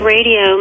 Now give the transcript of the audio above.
Radio